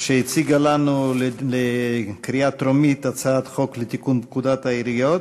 שהציגה לנו לקריאה טרומית הצעת חוק לתיקון פקודת העיריות